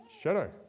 shadow